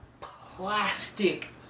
plastic